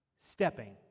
Stepping